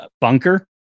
bunker